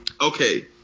okay